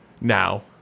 Now